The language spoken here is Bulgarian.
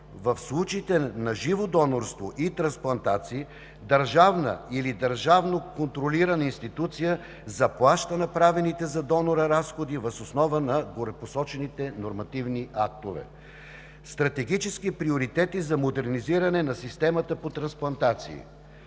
В случаите на живо донорство и трансплантации държавна или държавно контролирана институция заплаща направените за донора разходи въз основа на горепосочените нормативни актове. Стратегически приоритети за модернизиране на системата по трансплантации.